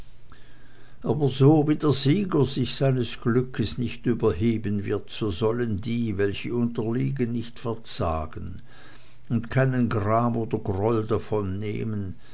aber so wie der sieger sich seines glückes nicht überheben wird so sollen die welche unterliegen nicht verzagen und keinen gram oder groll